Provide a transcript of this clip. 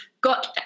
got